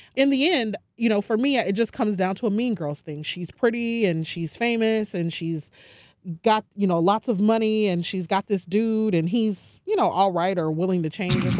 in the end you know for me, ah it just comes down to a mean girls thing, she's pretty and she's famous and she's got you know lots of money and she's got this dude and he's you know all right or willing to change